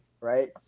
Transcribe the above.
right